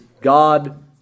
God